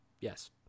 yes